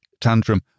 tantrum